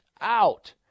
out